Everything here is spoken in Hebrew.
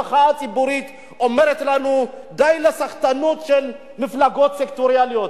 המחאה הציבורית אומרת לנו: די לסחטנות של מפלגות סקטוריאליות.